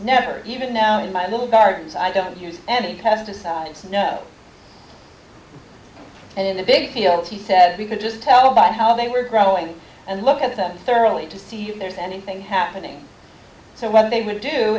never even now in my little gardens i don't use any pesticides and in a big field she said we could just tell by how they were growing and look at them thoroughly to see if there's anything happening so whether they would do